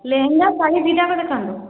ଲେହେଙ୍ଗା ଶାଢ଼ୀ ଦୁଇଟା ଯାକ ଦେଖାନ୍ତୁ